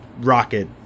Rocket